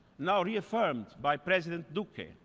now reaffirmed by president duque.